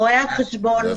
רואי החשבון,